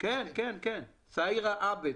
סאירה עבאד.